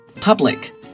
Public